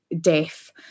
deaf